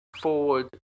forward